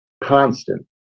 Constant